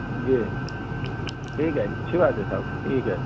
جی ٹھیک ہے اچھی بات ہے صاحب ٹھیک ہے